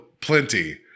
plenty